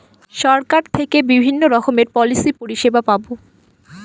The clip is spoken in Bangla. সরকার থেকে বিভিন্ন রকমের পলিসি পরিষেবা পাবো